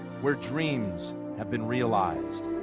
where dreams have been realized.